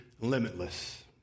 limitless